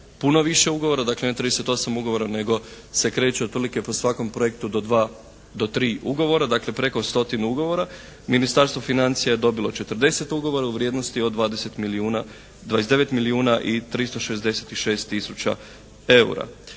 puno više ugovora, dakle ne 38 ugovora, nego se kreće otprilike po svakom projektu do dva, do tri ugovora, dakle preko stotinu ugovora. Ministarstvo financija je dobilo 40 ugovora u vrijednosti od 20 milijuna, 29 milijuna i 366 tisuća eura.